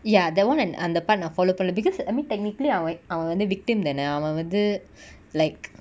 ya that one and அந்த பன்ன:antha panna follow பன்னல:pannala because I mean technically அவ அவ வந்து:ava ava vanthu victim தான அவ வந்து:thana ava vanthu like